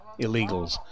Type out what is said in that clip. illegals